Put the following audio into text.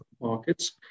markets